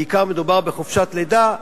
בעיקר מדובר בחופשת לידה,